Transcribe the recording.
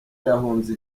yahunze